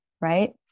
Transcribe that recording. right